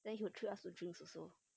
then he will treat us for drinks also